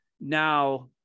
now